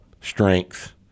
strength